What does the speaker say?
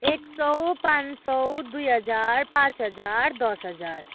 एक सौ पाँच सौ दुई हजार पाँच हजार दस हजार